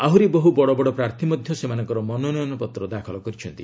ଆହୁରି ବହୁ ବଡ଼ବଡ଼ ପ୍ରାର୍ଥୀ ମଧ୍ୟ ସେମାନଙ୍କର ମନୋନୟନପତ୍ର ଦାଖଲ କରିଛନ୍ତି